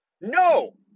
No